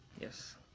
yes